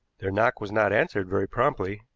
their knock was not answered very promptly.